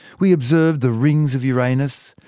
we observed the rings of uranus,